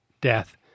death